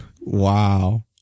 Wow